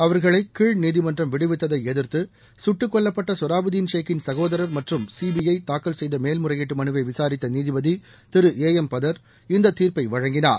அவர்களை கீழ நீதிமன்றம் விடுவித்ததை எதிர்த்து சுட்டுக் கொல்லப்பட்ட சொராபுதீன் ஷேக்கின் சகோதரா் மற்றும் சிபிஐ தாக்கல் செய்த மேல்முறையீட்டு மனுவை விசாரித்த நீதிபதி திரு ஏ எம் பதா் இந்த தீர்ப்பை வழங்கினார்